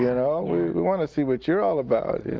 yeah we we want to see what you are all about. yeah